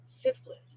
syphilis